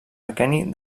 aqueni